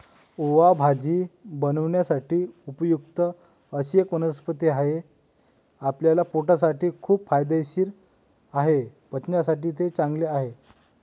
ओवा भाजी बनवण्यासाठी उपयुक्त अशी एक वनस्पती आहे, आपल्या पोटासाठी खूप फायदेशीर आहे, पचनासाठी ते चांगले आहे